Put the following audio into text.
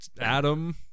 Adam